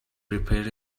prepared